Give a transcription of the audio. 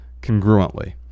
congruently